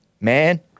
man